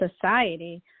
society